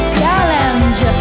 challenge